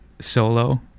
solo